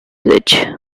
bridge